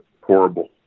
horrible